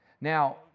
Now